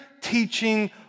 teaching